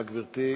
בבקשה, גברתי.